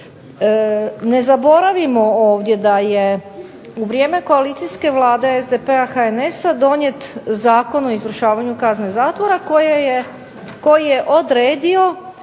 Ne zaboravimo ovdje da je u vrijeme koalicijske Vlade SDP-a, HNS-a donijet Zakon o izvršavanju kazne zatvora koji je odredio